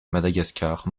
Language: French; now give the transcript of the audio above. madagascar